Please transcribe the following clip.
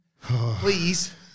Please